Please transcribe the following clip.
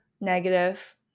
negative